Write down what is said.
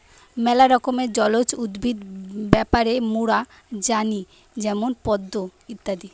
ম্যালা রকমের জলজ উদ্ভিদ ব্যাপারে মোরা জানি যেমন পদ্ম ইত্যাদি